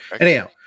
anyhow